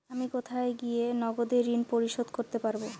আমি কোথায় গিয়ে নগদে ঋন পরিশোধ করতে পারবো?